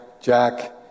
Jack